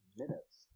minutes